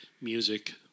Music